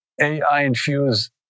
AI-infused